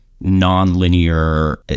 non-linear